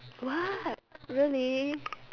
what really